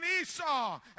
Esau